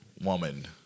woman